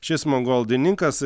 šis mongoldininkas